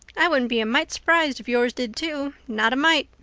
i wouldn't be a mite surprised if yours did, too not a mite.